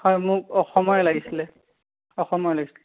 হয় মোক অসমৰে লাগিছিল অসমৰে লাগিছিল